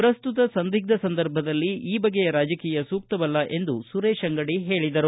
ಪ್ರಸ್ತುತ ಸಂದಿಗ್ಕ ಸಂದರ್ಭದಲ್ಲಿ ಈ ಬಗೆಯ ರಾಜಕೀಯ ಸೂಕ್ತವಲ್ಲ ಎಂದು ಅವರು ಹೇಳಿದರು